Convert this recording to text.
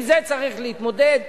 עם זה צריך להתמודד.